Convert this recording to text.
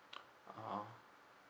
(uh huh)